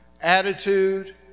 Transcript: attitude